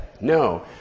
No